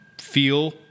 feel